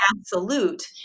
absolute